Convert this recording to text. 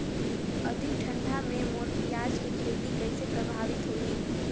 अधिक ठंडा मे मोर पियाज के खेती कइसे प्रभावित होही?